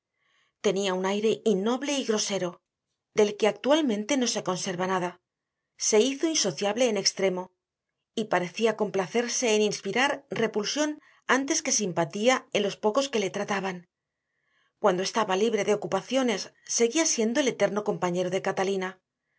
tenía un aire innoble y grosero del que actualmente no conserva nada se hizo insociable en extremo y parecía complacerse en inspirar repulsión antes que simpatía en los pocos que le trataban cuando estaba libre de ocupaciones seguía siendo el eterno compañero de catalina